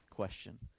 question